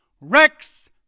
Rex